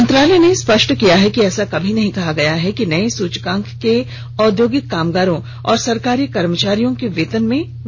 मंत्रालय ने स्पष्ट किया है कि ऐसा कभी नहीं कहा गया है कि नए सूचकांक से औद्योगिक कामगारों और सरकारी कर्मचारियों के वेतन में वृद्धि होगी